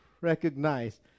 recognize